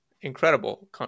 Incredible